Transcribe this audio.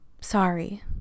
Sorry